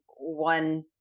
one